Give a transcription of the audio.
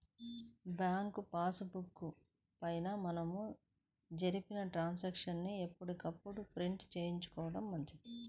bank pass పుస్తకం పైన మనం జరిపిన ట్రాన్సాక్షన్స్ ని ఎప్పటికప్పుడు ప్రింట్ చేయించుకోడం మంచిది